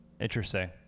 Interesting